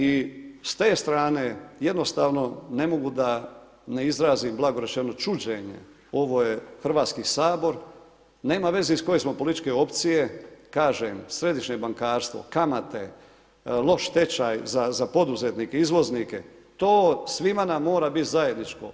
I s te strane jednostavno ne mogu da ne izrazim blago rečeno čuđenje, ovo je Hrvatski sabor, nema veze iz koje smo političke opcije, kažem središnje bankarstvo, kamate, loš tečaj za poduzetnike izvoznike, to nam svima mora biti zajedničko.